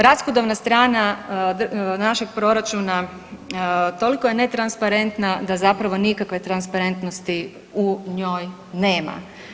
Rashodovna strana našeg proračuna toliko je netransparentna da zapravo nikakve transparentnosti u njoj nema.